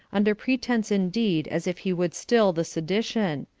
under pretence indeed as if he would still the sedition,